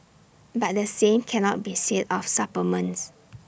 but the same cannot be said of supplements